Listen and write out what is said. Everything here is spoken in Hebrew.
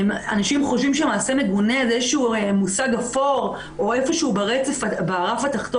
אנשים חושבים שמעשה מגונה זה איזשהו מושג אפור או איפשהו רף התחתון,